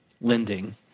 lending